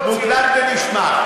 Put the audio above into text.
מוקלט ונשמר.